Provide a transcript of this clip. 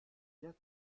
wir